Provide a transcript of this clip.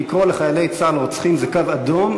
לקרוא לחיילי צה"ל "רוצחים" זה קו אדום.